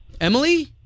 Emily